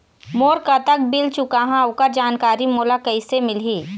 मोर कतक बिल चुकाहां ओकर जानकारी मोला कैसे मिलही?